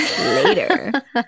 later